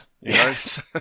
Yes